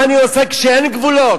מה אני עושה כשאין גבולות?